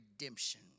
redemption